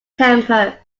temper